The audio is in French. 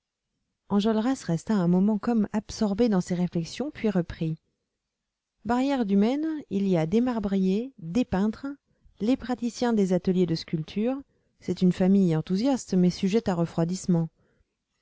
enjolras resta un moment comme absorbé dans ses réflexions puis reprit barrière du maine il y a des marbriers des peintres les praticiens des ateliers de sculpture c'est une famille enthousiaste mais sujette à refroidissement